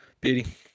Beauty